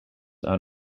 are